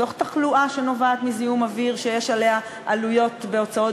נחסוך תחלואה שנובעת מזיהום אוויר שיש עליה עלויות בהוצאות